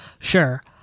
sure